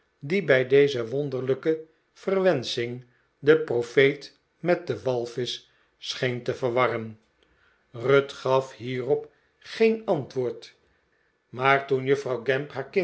die bij deze wonderlijke verwensching den profeet met den walvisch scheen te verwarren ruth gaf hierop geen antwoord maar toen juffrouw